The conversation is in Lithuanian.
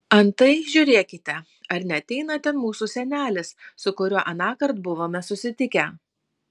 antai žiūrėkite ar neateina ten mūsų senelis su kuriuo anąkart buvome susitikę